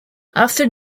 after